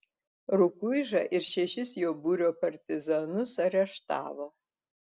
rukuižą ir šešis jo būrio partizanus areštavo